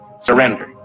surrender